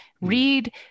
Read